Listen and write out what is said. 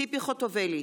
אינו נוכח ציפי חוטובלי,